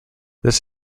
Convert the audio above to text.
this